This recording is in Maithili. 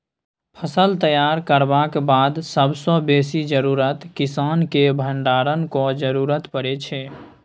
फसल तैयार करबाक बाद सबसँ बेसी जरुरत किसानकेँ भंडारणक जरुरत परै छै